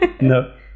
No